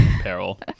peril